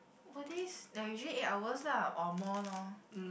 over days ya usually eight hours lah or more loh